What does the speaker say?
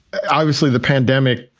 obviously, the pandemic,